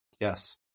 Yes